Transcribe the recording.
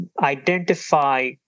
identify